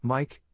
Mike